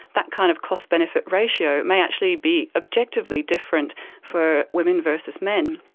that kind of cost-benefit ratio may actually be objectively different for women versus men.